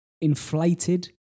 inflated